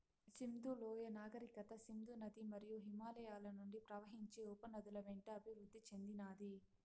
సింధు లోయ నాగరికత సింధు నది మరియు హిమాలయాల నుండి ప్రవహించే ఉపనదుల వెంట అభివృద్ది చెందినాది